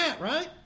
right